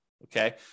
Okay